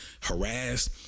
harassed